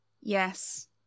Yes